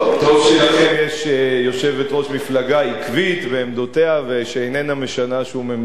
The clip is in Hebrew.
טוב שלכם יש יושבת-ראש מפלגה עקבית בעמדותיה ושאיננה משנה שום עמדה.